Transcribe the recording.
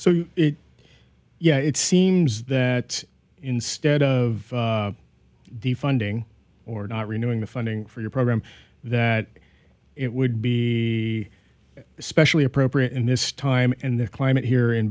so yeah it seems that instead of defunding or not renewing the funding for your program that it would be especially appropriate in this time in the climate here in